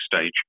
stage